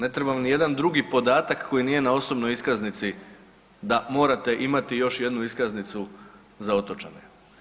Ne trebamo ni jedan drugi podataka koji nije na osobnoj iskaznici da morate imati još jednu iskaznicu za otočane.